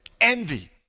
envy